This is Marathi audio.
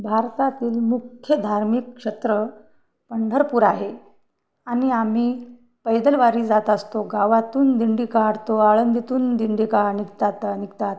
भारतातील मुख्य धार्मिक क्षेत्र पंढरपूर आहे आणि आम्ही पैदलवारी जात असतो गावातून दिंडी काढतो आळंदीतून दिंडी का निघतात निघतात